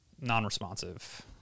non-responsive